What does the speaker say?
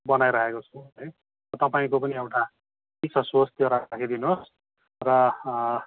बनाइराखेको छु है तपाईँको पनि एउटा के छ सोच त्यो राखिदिनुहोस् र